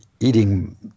Eating